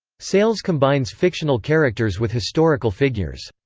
sayles combines fictional characters with historical figures.